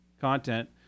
content